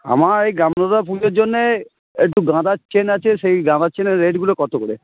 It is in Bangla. আমার এই পুজোর জন্যে একটু গাঁদার চেইন আছে সেই গাঁদার চেইনের রেটগুলো কত করে